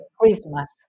Christmas